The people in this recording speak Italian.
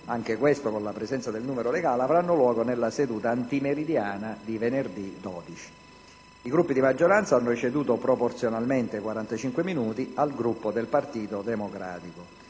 anche questo con la presenza del numero legale - avranno luogo nella seduta antimeridiana di venerdì 12. I Gruppi di maggioranza hanno ceduto proporzionalmente 45 minuti al Gruppo del Partito Democratico.